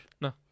No